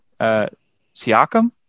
Siakam